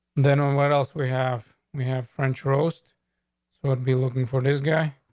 then um what else we have? we have french roast would be looking for this guy.